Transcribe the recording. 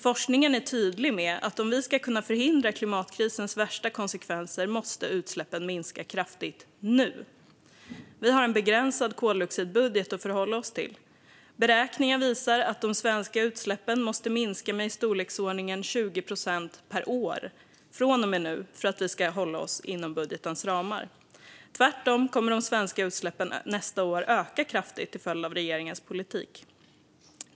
Forskningen är tydlig med att utsläppen måste minska kraftigt nu om vi ska kunna förhindra klimatkrisens värsta konsekvenser. Vi har en begränsad koldioxidbudget att förhålla oss till. Beräkningar visar att de svenska utsläppen måste minska med i storleksordningen 20 procent per år från och med nu för att vi ska hålla oss inom budgetens ramar. De svenska utsläppen kommer dock att öka kraftigt nästa år till följd av regeringens politik.